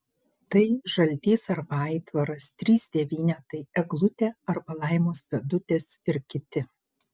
tai žaltys arba aitvaras trys devynetai eglutė arba laimos pėdutės ir kiti